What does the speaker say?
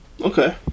okay